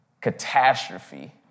catastrophe